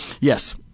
Yes